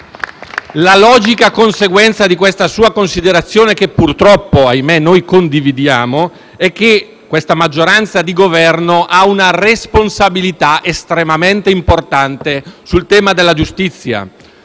La logica conseguenza di questa sua considerazione - che purtroppo, ahimè, noi condividiamo - è che questa maggioranza di Governo ha una responsabilità estremamente importante in tema di giustizia.